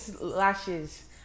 Lashes